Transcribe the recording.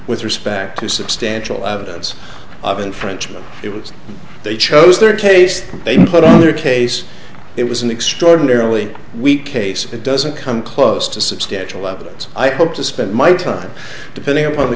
with respect to substantial evidence of infringement it was they chose their case they put on their case it was an extraordinarily weak case it doesn't come close to substantial evidence i hope to spend my time depending upon the